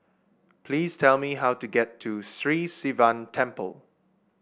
please tell me how to get to Sri Sivan Temple